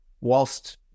whilst